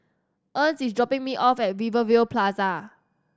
Ernst is dropping me off at Rivervale Plaza